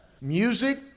Music